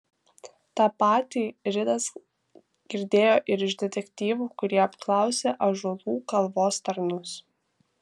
tą patį ridas girdėjo ir iš detektyvų kurie apklausė ąžuolų kalvos tarnus